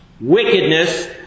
Wickedness